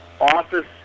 Office